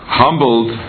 humbled